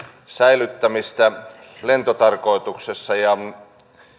säilyttämistä lentotarkoituksessa ja